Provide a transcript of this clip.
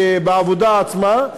בעבודה עצמה,